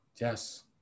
yes